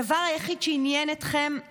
הדבר היחיד שעניין אתכם הוא